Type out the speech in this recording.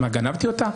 גנבתי אותה?